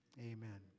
Amen